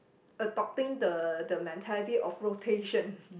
adopting the the mentality of rotation